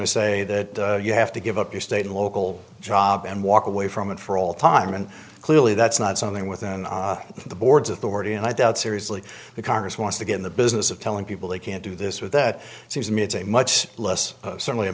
to say that you have to give up your state and local job and walk away from it for all time and clearly that's not something within the board's authority and i doubt seriously the congress wants to get in the business of telling people they can't do this with that seems to me it's a much less certainly